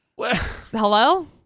Hello